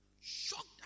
Shocked